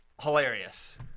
hilarious